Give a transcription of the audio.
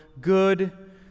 good